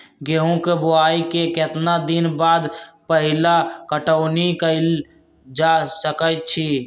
गेंहू के बोआई के केतना दिन बाद पहिला पटौनी कैल जा सकैछि?